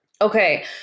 Okay